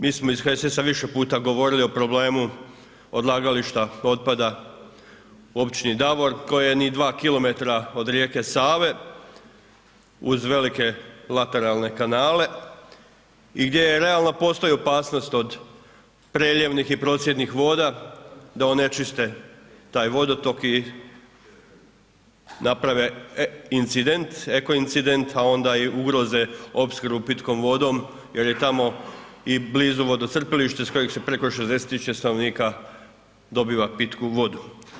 Mi smo iz HSS-a više puta govorili o problemu odlagališta otpada u općini Davor koje je ni 2 km od rijeke Save, uz velike lateralne kanale i gdje je realno postoji opasnost od preljevnih i procjednih voda da onečiste taj vodotok i naprave incident, eko incident a onda i ugroze opskrbu pitkom vodom jer je tamo i blizu vodocrpilište s kojeg se preko 60.000 stanovnika dobiva pitku vodu.